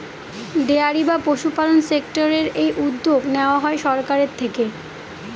dairy বা পশুপালন সেক্টরের এই উদ্যোগ নেওয়া হয় সরকারের থেকে